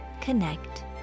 Connect